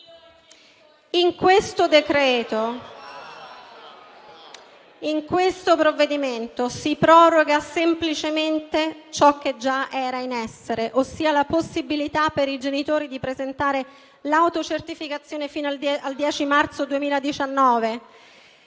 MAIORINO *(M5S)*. In questo provvedimento si proroga semplicemente ciò che già era in essere, ossia la possibilità per i genitori di presentare l'autocertificazione fino al 10 marzo 2019